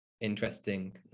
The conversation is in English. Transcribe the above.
interesting